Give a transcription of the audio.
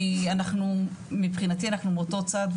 כי אנחנו מבחינתי אני מאותו צד,